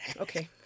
Okay